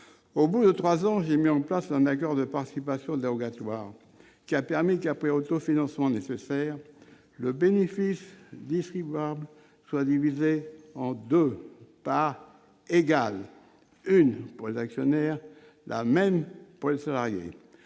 Au bout de trois ans, j'ai mis en place un accord de participation dérogatoire qui a permis que, après autofinancement, le bénéfice distribuable soit divisé en deux parts égales : une pour les actionnaires, l'autre pour les salariés.